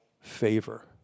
favor